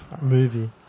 Movie